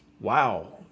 wow